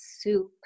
soup